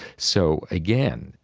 so again,